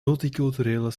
multiculturele